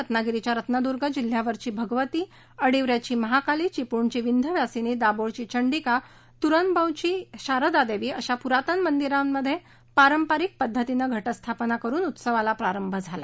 रत्नागिरीच्या रत्नदुर्ग किल्ल्यावरची भगवती आडिकऱ्याची महाकाली चिपळूणची विध्यवासिनी दाभोळची चंडिका तुरंबवची शारदादेवी अशा पुरातन मंदिरांमध्ये पारंपरिक पद्धतीनं घटस्थापना करून उत्सवाला प्रारंभ झाला